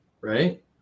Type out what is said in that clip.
right